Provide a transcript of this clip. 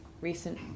recent